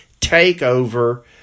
takeover